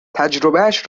تجربهاش